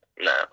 No